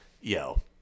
yo